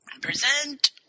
present